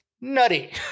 Nutty